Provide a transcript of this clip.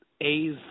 A's